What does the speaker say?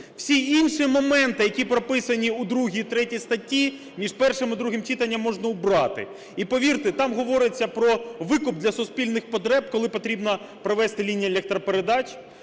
Всі інші моменти, які прописані у 2 і 3 статті, між першим і другим читанням можна убрати. І повірте, там говориться про викуп для суспільних потреб, коли потрібно провести лінії електропередач,